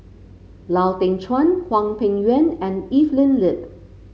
Lau Teng Chuan Hwang Peng Yuan and Evelyn Lip